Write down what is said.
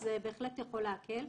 זה בהחלט יכול להקל.